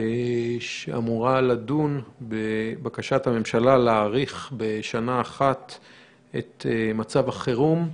שאמורה לדון בבקשת הממשלה להאריך בשנה אחת את מצב החירום.